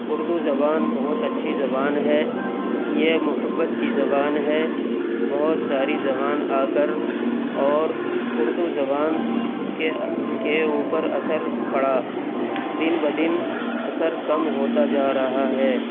اردو زبان بہت اچھی زبان ہے یہ محبت کی زبان ہے بہت ساری زبان آ کر اور اردو زبان کے کے اوپر اثر پڑا دن بدن اثر کم ہوتا جا رہا ہے